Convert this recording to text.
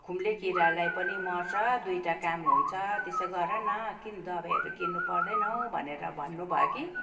खुम्ले किरालाई पनि मर्छ दुइटा काम हुन्छ त्यसो गर न किन दबाईहरू किन्नु पर्दैन हौ भनेर भन्नुभयो कि